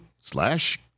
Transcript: slash